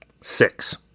Six